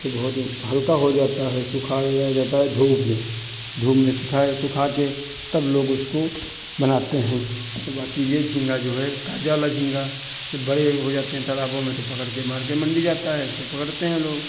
तो बहुत ऊ हल्का हो जाता है सुखाया जाता है धूप में धूप में सुखाय सुखा के तब लोग उसको बनाते हैं और बाकी ये झींगा जो है ताज़ा वाला झींगा जब बड़े हो जाते हैं तालाबों में तो पकड़ के मार्केट मंडी जाता है इसको पकड़ते हैं लोग